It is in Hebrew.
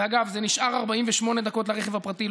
אגב, זה נשאר 48 דקות לרכב הפרטי.